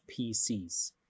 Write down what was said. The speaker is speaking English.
PCs